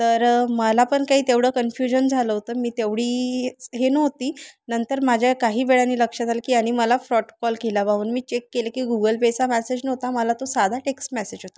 तर मला पण काही तेवढं कन्फ्युजन झालं होतं मी तेवढी हे नव्हती नंतर माझ्या काही वेळाने लक्षात झालं की यानी मला फ्रॉड कॉल केला बा हून मी चेक केले की गुगल पेचा मॅसेज नव्हता मला तो साधा टेक्स मॅसेज होता